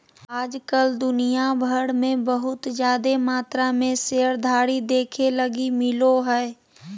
आज कल दुनिया भर मे बहुत जादे मात्रा मे शेयरधारी देखे लगी मिलो हय